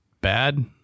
bad